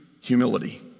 humility